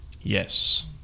yes